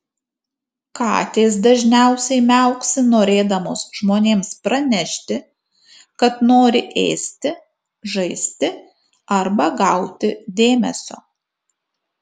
katės dažniausiai miauksi norėdamos žmonėms pranešti kad nori ėsti žaisti arba gauti dėmesio